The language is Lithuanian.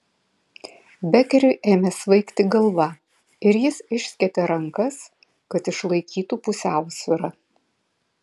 bekeriui ėmė svaigti galva ir jis išskėtė rankas kad išlaikytų pusiausvyrą